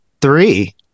Three